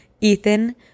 Ethan